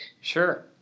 Sure